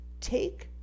take